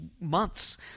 months